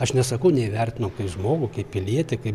aš nesakau neįvertino kai žmogų kaip pilietį kaip